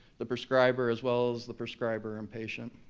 the prescriber, as well as the prescriber and patient.